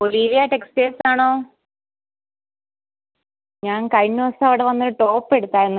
Olivia textiles ആണോ ഞാൻ കഴിഞ്ഞ ദിവസം അവിടെ വന്ന് ഒരു ടോപ്പ് എടുത്തായിരുന്നു